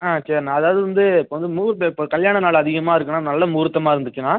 ஆ சரிண்ணா அதாவது வந்து இப்போ வந்து முகூர்த்தம் இப்போ கல்யாண நாள் அதிகமாக இருக்குதுன்னா நல்ல முகூர்த்தமாக இருந்துச்சுன்னா